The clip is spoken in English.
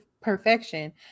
perfection